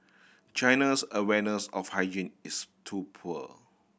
China's awareness of hygiene is too poor